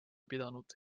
pidanud